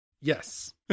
Yes